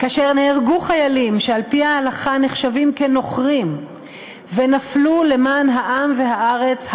כאשר נהרגו חיילים שעל-פי ההלכה נחשבים כנוכרים ונפלו למען העם והארץ,